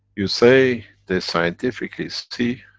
you say they scientifically see,